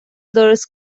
درست